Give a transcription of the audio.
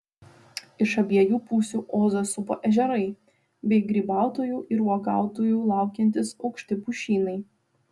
iš abiejų pusių ozą supa ežerai bei grybautojų ir uogautojų laukiantys aukšti pušynai